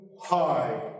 high